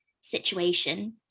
situation